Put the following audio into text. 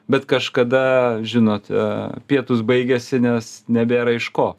bet kažkada žinot pietūs baigiasi nes nebėra iš ko